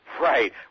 Right